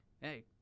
Hey